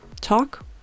Talk